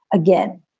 again.